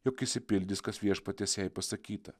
jog išsipildys kas viešpaties jai pasakyta